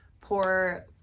poor